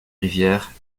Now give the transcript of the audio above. rivières